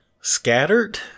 scattered